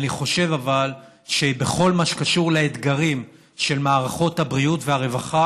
אבל אני חושב שבכל מה שקשור לאתגרים של מערכות הבריאות והרווחה